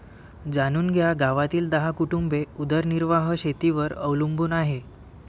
जाणून घ्या गावातील दहा कुटुंबे उदरनिर्वाह शेतीवर अवलंबून आहे